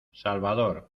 salvador